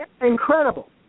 incredible